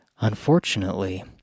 Unfortunately